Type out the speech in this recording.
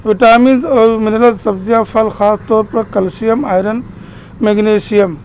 vitamins اور mineral سبزیاں پھل خاص طور پر کیلشیم آئرن میگنیشیم